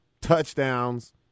touchdowns